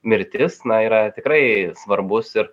mirtis na yra tikrai svarbus ir